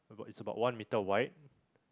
oh it's about one meter wide